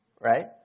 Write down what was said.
Right